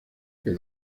que